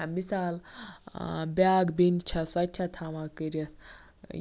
ٲں مِثال ٲں بیٛاکھ بیٚنہِ چھِ سۄتہِ چھِ تھاوان کٔرِتھ